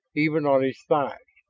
even on his thighs.